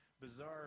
bizarre